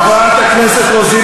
חברת הכנסת רוזין,